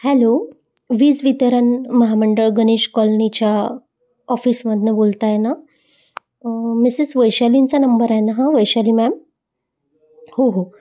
hello वीज वितरण महामंडळ गणेश कॉलनीच्या ऑफिसमधनं बोलत आहे ना मिसेस वैशालींचा नंबर आहे न हा वैशाली मॅम हो हो